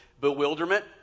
bewilderment